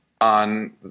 on